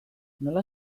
nola